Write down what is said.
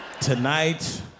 tonight